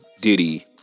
Diddy